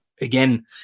Again